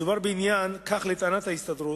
מדובר בעניין, כך לטענת ההסתדרות,